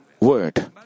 Word